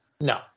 No